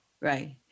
right